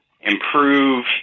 improve